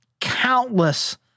countless